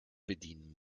bedienen